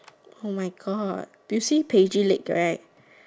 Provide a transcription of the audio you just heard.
oh my God did you see Paige's leg right